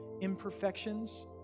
imperfections